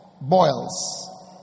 Boils